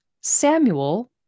Samuel